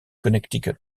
connecticut